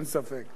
אין ספק.